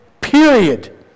period